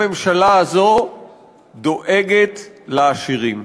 הממשלה הזאת דואגת לעשירים.